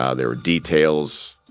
ah there were details,